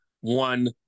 one